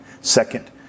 Second